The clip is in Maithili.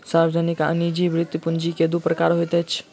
सार्वजनिक आ निजी वृति पूंजी के दू प्रकार होइत अछि